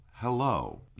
Hello